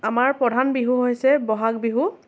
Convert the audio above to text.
আমাৰ প্ৰধান বিহু হৈছে ব'হাগ বিহু